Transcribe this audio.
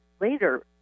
later